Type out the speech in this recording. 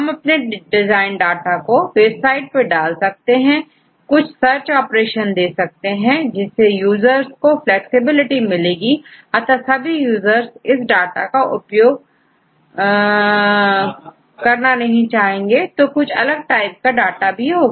हम अपने design data को वेबसाइट में डाल सकते हैं आप कुछ सर्च ऑप्शन दे सकते हैं जिससे यूजर्स को फ्लैक्सिबिलिटी मिलेगी क्योंकि सभी यूजर्स उसी डाटा को उपयोग करना नहीं चाहेंगे कुछ को अलग टाइप का डाटा चाहिए होगा